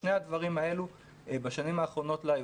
ושני הדברים בשנים האחרונות לא היו,